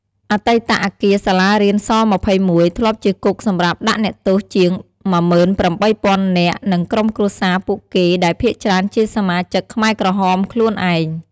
អតីតអគារសាលារៀន ស-២១ ធ្លាប់ជាគុកសម្រាប់ដាក់អ្នកទោសជាង ១៨ ០០០នាក់ និងក្រុមគ្រួសារពួកគេដែលភាគច្រើនជាសមាជិកខ្មែរក្រហមខ្លួនឯង។